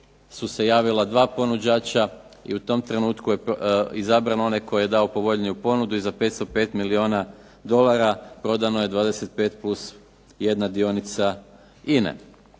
su se javila dva ponuđača i u tom trenutku je izabran onaj koji je dao povoljniju ponudu i za 505 milijuna dolara prodano je 25 plus jedna dionica INA-e.